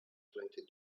twenty